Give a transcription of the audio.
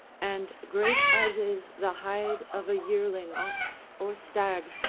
and great as is the hide of a yearling ox or stag,